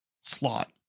slot